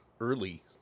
early